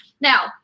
Now